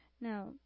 Now